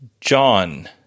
John